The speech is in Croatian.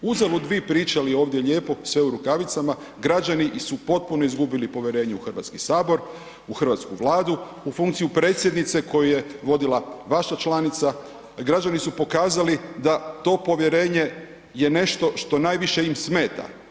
Uzalud vi pričali ovdje lijepo sve u rukavicama, građani su potpuno izgubili povjerenje u Hrvatski sabor u hrvatsku Vladu u funkciju predsjednice koju je vodila vaša članica, građani su pokazali da to povjerenje je nešto što im najviše smeta.